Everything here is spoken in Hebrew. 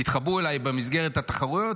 תתחברו אליי במסגרת התחרויות,